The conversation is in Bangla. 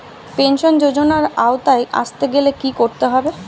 পেনশন যজোনার আওতায় আসতে গেলে কি করতে হবে?